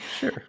Sure